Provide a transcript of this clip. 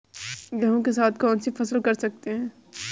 गेहूँ के साथ कौनसी फसल कर सकते हैं?